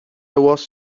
was